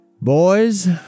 Boys